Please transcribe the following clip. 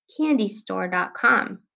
candystore.com